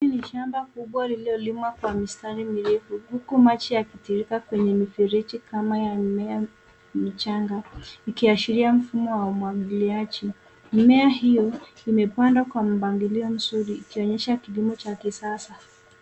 Hii ni shamba kubwa lililolimwa kwa mistari mirefu huku maji yakitiririka kwenye mifereji kama ya mimea michanga ikiashiria mfumo wa umwagiliaji . Mimea hiyo imepandwa kwa mpangilio mzuri ikionyesha kilimo cha kisasa.